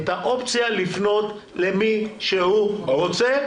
את האופציה לפנות למי שהוא רוצה,